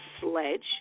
sledge